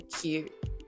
cute